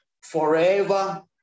forever